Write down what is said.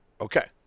Okay